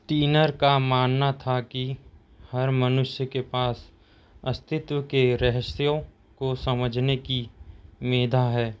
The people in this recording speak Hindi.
स्टीनर का मानना था कि हर मनुष्य के पास अस्तित्व के रहस्यों को समझने की मेधा है